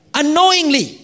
unknowingly